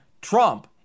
Trump